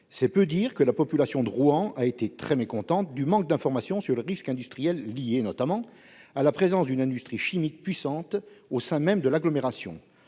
c'est peu dire que la population de Rouen a été très mécontente du manque d'information sur les risques industriels liés, notamment, à la présence d'une industrie chimique puissante au sein même de l'agglomération.